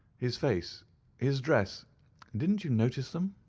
his face his dress didn't you notice them?